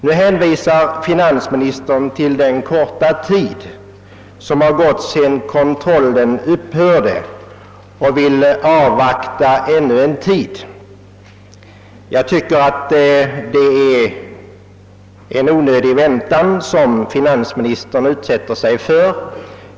Finansministern hänvisar nu till den korta period som förflutit sedan kontrollen upphörde och vill avvakta ännu en tid. Jag tycker att denna väntan är onödig.